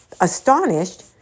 astonished